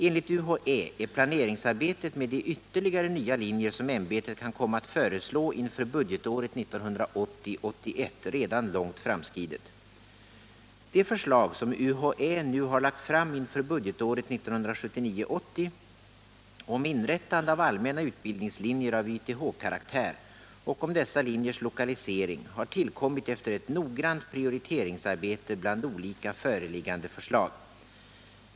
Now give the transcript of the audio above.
Enligt UHÄ är planeringsarbetet med de ytterligare nya linjer som ämbetet kan komma att föreslå inför budgetåret 1980 80 om inrättande av allmänna utbildningslinjer av YTH-karaktär och om dessa linjers lokalisering har tillkommit efter ett noggrant prioriteringsarbete bland olika föreliggande förslag.